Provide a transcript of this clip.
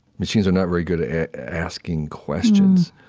machines are not very good at asking questions.